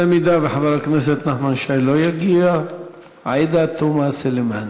אם חבר הכנסת נחמן שי לא יגיע, עאידה תומא סלימאן.